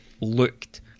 looked